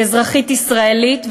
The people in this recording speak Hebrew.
כאזרחית ישראלית,